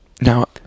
Now